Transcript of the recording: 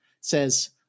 says